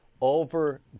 Over